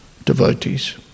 devotees